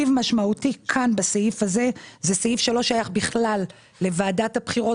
זה סעיף שלא שייך בכלל לוועדת הבחירות